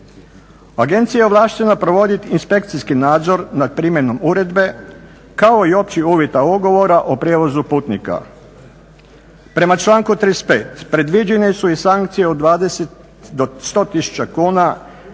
Agencija je ovlaštena provoditi inspekcijski nadzor nad primjenom uredbe kao i općih uvjeta ugovora o prijevozu putnika. Prema članku 35. predviđene su i sankcije od 20 do 100 tisuća kuna